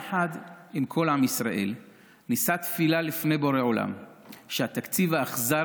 יחד עם כל עם ישראל נישא תפילה לפני בורא עולם שהתקציב האכזרי